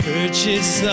Purchase